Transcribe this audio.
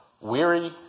weary